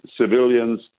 civilians